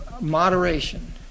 moderation